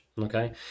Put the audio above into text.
okay